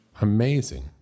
Amazing